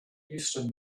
houston